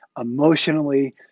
emotionally